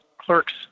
clerks